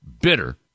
bitter